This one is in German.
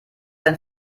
ein